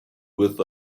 with